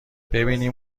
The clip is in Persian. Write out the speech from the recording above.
ببینیم